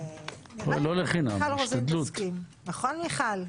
רק אם מיכל רוזין תסכים, נכון מיכל?